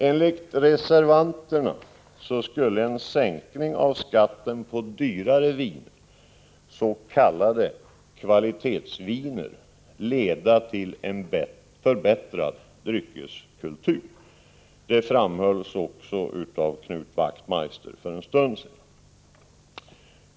Enligt reservanterna skulle en sänkning av skatten på dyrare viner, s.k. kvalitetsviner, leda till en förbättrad dryckeskultur. Det framhölls också av Knut Wachtmeister för en stund sedan.